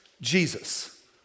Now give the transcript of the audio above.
Jesus